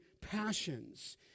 passions